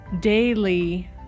daily